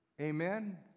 Amen